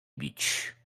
bić